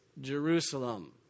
Jerusalem